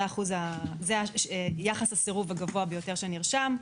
שזה יחס הסירוב הגבוה ביותר שנרשם.